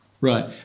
Right